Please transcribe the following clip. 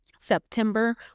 September